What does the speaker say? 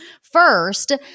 First